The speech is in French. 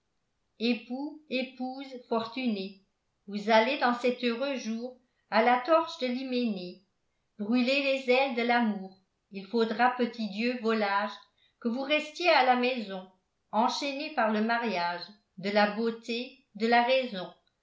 époux épouse fortunée vous allez dans cet heureux jour à la torche de l'hyménée brûler les ailes de l'amour il faudra petit dieu volage que vous restiez à la maison enchaîné par le mariage de la beauté de la raison